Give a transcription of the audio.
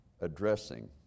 addressing